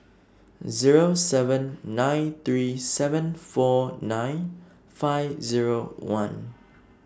Zero seven nine three seven four nine five Zero one